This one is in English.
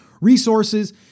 resources